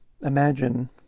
imagine